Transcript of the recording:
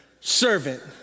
servant